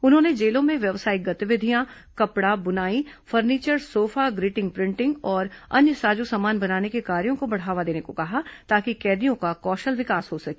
उन्होंने जेलों में व्यावसायिक गतिविधियां कपड़ा बुनाई फर्नीचर सोफा ग्रिटिंग प्रिटिंग और अन्य साजों सामान बनाने के कार्यों को बढ़ावा देने को कहा ताकि कैदियों का कौशल विकास हो सके